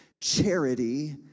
charity